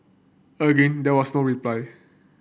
again there was no reply